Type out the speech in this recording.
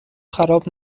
خراب